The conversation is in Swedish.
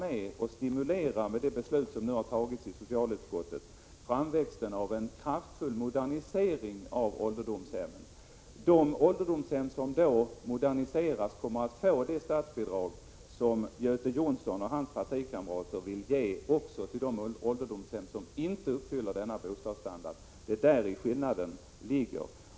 1986/87:100 vara med och stimulera framväxten av en kraftfull modernisering av 2 april 1987 ålderdomshemmen. De ålderdomshem som moderniseras kommer att få det statsbidrag som Göte Jonsson och hans partikamrater vill ge också till de ålderdomshem som inte uppfyller kraven på en sådan boendestandard. Det är däri skillnaden ligger.